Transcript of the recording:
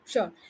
Sure